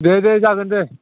दे दे जागोन दे